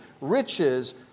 riches